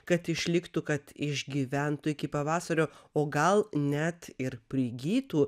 kad išliktų kad išgyventų iki pavasario o gal net ir prigytų